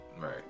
Right